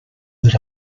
that